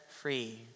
free